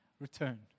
return